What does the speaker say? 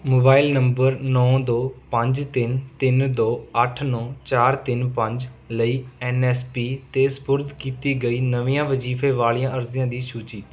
mobile number ਨੌ ਦੋ ਪੰਜ ਤਿੰਨ ਤਿੰਨ ਦੋ ਅੱਠ ਨੌ ਚਾਰ ਤਿੰਨ ਪੰਜ ਲਈ ਐਨ ਐਸ ਪੀ 'ਤੇ ਸਪੁਰਦ ਕੀਤੀ ਗਈ ਨਵੀਆਂ ਵਜ਼ੀਫ਼ੇ ਵਾਲੀਆਂ ਅਰਜ਼ੀਆਂ ਦੀ ਸੂਚੀ